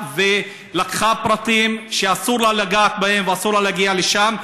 ולקחה פרטים שאסור לה לגעת בהם ואסור לה להגיע לשם.